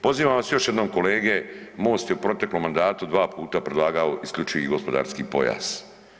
Pozivam vas još jednom kolege MOST je u proteklom mandatu predlagao isključivi gospodarski pojas.